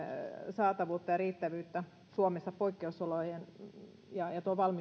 saatavuutta ja riittävyyttä suomessa poikkeusolojen ja